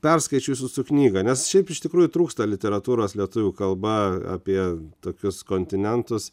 perskaičius jūsų knygą nes šiaip iš tikrųjų trūksta literatūros lietuvių kalba apie tokius kontinentus